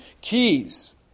keys